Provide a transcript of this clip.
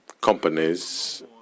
companies